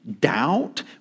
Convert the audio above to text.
doubt